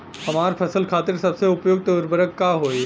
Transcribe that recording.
हमार फसल खातिर सबसे उपयुक्त उर्वरक का होई?